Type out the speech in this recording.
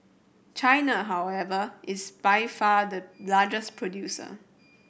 China however is by far the largest producer